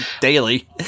daily